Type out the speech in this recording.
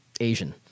Asian